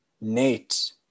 Nate